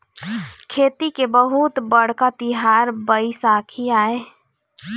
खेती के बहुत बड़का तिहार बइसाखी आय